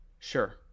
sure